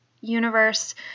universe